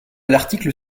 l’article